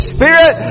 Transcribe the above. Spirit